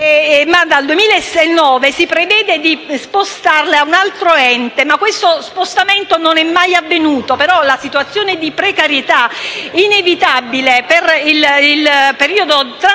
dal 2009 si prevedeva di spostarle a un altro ente, ma tale spostamento non è mai avvenuto. La situazione di precarietà inevitabile per il periodo transitorio